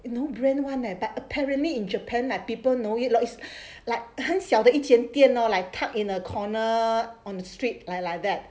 no brand one leh but apparently in japan like people know it lor it's like 很小的一间店 like tucked in a corner on the street like like that